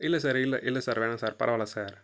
இல்லை சார் இல்லை இல்லை சார் வேணாம் சார் பரவால்ல சார்